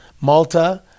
Malta